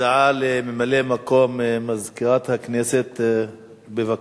הודעה לממלא-מקום מזכירת הכנסת, בבקשה.